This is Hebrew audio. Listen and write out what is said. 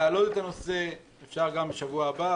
להעלות את הנושא אפשר גם בשבוע הבא,